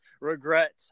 regret